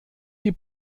die